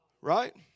Right